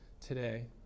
today